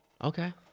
Okay